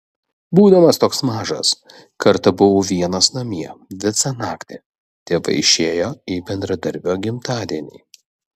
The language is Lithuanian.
būdamas toks mažas kartą buvau vienas namie visą naktį tėvai išėjo į bendradarbio gimtadienį